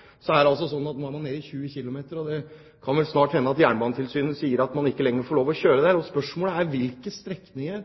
er det sånn at farten nå er nede i 20 km/t, og det kan vel snart hende at Jernbanetilsynet sier at man ikke lenger får lov til å kjøre der. Spørsmålet er: Hvilke strekninger